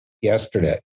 yesterday